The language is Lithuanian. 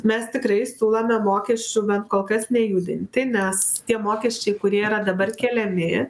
mes tikrai siūlome mokesčių bent kol kas nejudinti nes tie mokesčiai kurie yra dabar keliami